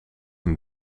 een